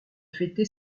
fêter